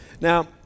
Now